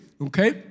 Okay